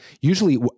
Usually